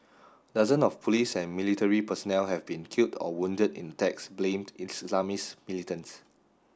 dozen of police and military personnel have been killed or wounded in attacks blamed on Islamist militants